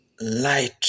light